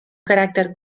caràcter